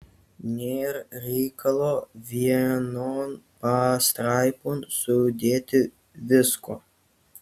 nėr reikalo vienon pastraipon sudėti visko